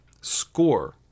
score